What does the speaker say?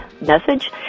message